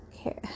Okay